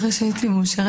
אחרי שהייתי מאושרת,